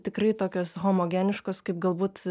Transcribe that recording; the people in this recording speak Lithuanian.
tikrai tokios homogeniškos kaip galbūt